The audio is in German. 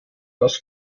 das